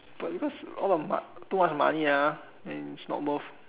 but because too much money and it's not worth